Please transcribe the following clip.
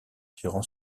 durant